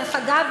דרך אגב,